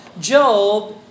Job